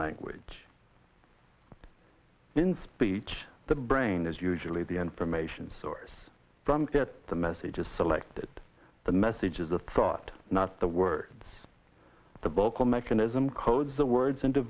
language in speech the brain is usually the information source from get the message is selected the message is the thought not the words the vocal mechanism codes the words into